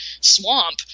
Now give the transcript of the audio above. swamp